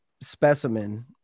specimen